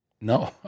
No